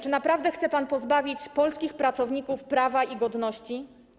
Czy naprawdę chce pan pozbawić polskich pracowników praw i godności?